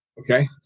Okay